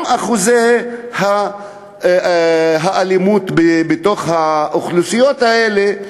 גם אחוזי האלימות בתוך האוכלוסיות האלה,